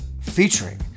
Featuring